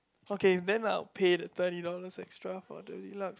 okay then I'll pay the thirty dollars extra for the deluxe